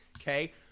Okay